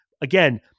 Again